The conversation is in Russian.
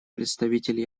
представитель